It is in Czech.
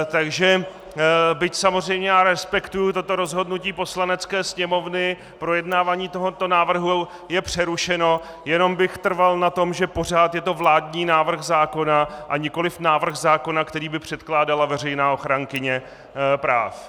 Takže byť samozřejmě já respektuji toto rozhodnutí Poslanecké sněmovny, projednávání tohoto návrhu je přerušeno, jenom bych trval na tom, že pořád je to vládní návrh zákona, a nikoliv návrh zákona, který by předkládala veřejná ochránkyně práv.